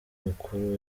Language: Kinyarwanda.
mukuru